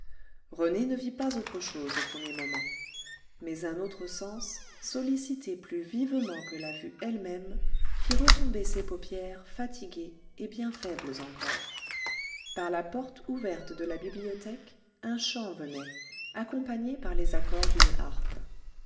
rené ne vit pas autre chose au premier moment mais un autre sens sollicité plus vivement que la vue elle même fit retomber ses paupières fatiguées et bien faibles encore par la porte ouverte de la bibliothèque un chant venait accompagné par les accords d'une harpe